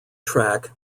track